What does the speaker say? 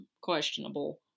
questionable